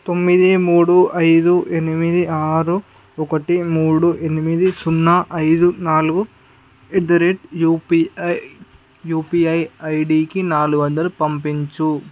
తొమ్మిది మూడు ఐదు ఎనిమిది ఆరు ఒకటి మూడు ఎనిమిది సున్నా ఐదు నాలుగు at the rate UPI UPI ఐడికి నాలుగు వందలు పంపించు